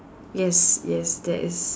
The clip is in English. yes yes that is